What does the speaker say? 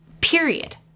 Period